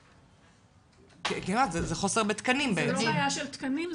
זה לא בעיה של תקנים,